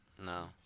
No